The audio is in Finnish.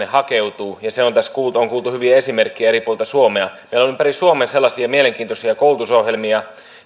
hakeutuu ja tässä on kuultu hyviä esimerkkejä eri puolilta suomea meillä on ympäri suomea sellaisia mielenkiintoisia koulutusohjelmia